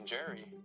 Jerry